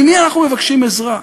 ממי אנחנו מבקשים עזרה?